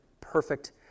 perfect